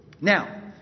Now